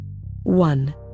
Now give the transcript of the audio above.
one